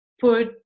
put